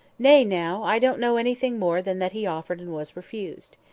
nay, now, i don't know anything more than that he offered and was refused.